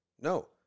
No